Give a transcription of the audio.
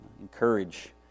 encourage